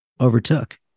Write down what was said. overtook